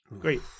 Great